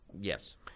Yes